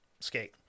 skate